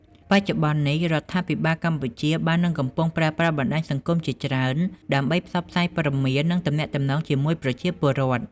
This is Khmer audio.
បច្ចុប្បន្ននេះ រដ្ឋាភិបាលកម្ពុជាបាននឹងកំពុងប្រើប្រាស់បណ្ដាញសង្គមជាច្រើន ដើម្បីផ្សព្វផ្សាយព័ត៌មាន និងទំនាក់ទំនងជាមួយប្រជាពលរដ្ឋ។